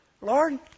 Lord